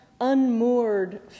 unmoored